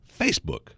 Facebook